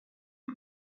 duc